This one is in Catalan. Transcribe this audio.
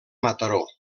mataró